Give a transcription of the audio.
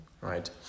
right